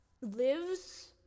lives